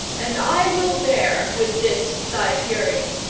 and i will bear with this thy fury.